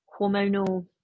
hormonal